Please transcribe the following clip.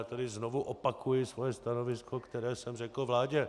Já tady znovu opakuji své stanovisko, které jsem řekl vládě.